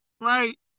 right